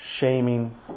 shaming